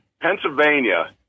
Pennsylvania